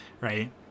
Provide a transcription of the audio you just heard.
right